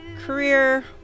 career